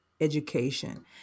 education